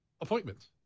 appointments